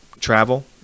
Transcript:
travel